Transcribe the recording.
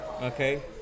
Okay